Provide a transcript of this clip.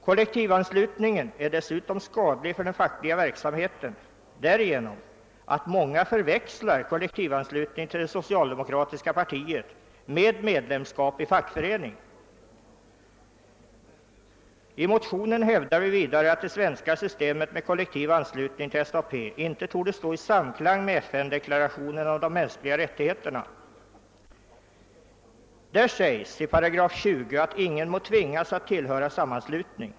Kollektivanslutningen är dessutom skadlig för den fackliga verksamheten därigenom att många förväxlar kollektivanslutningen till det socialdemokratiska partiet med medlemskapet i fackföreningen. I motionen hävdar vi vidare att det svenska systemet med kollektiv anslutning till SAP inte står i samklang med FN-deklarationen om de mänskliga rättigheterna. Det heter där i artikel 20 att ingen må tvingas att tillhöra sammanslutning.